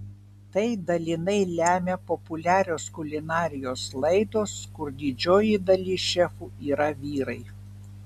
tai dalinai lemia populiarios kulinarijos laidos kur didžioji dalis šefų yra vyrai